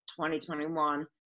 2021